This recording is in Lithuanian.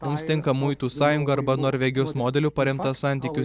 mums tinka muitų sąjunga arba norvegijos modeliu paremtas santykių